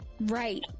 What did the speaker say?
right